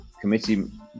committee